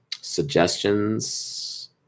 Suggestions